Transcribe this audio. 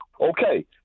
Okay